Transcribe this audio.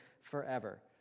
forever